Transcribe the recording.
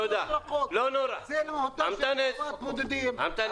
זה המהות של חוות הבודדים,